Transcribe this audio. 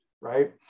right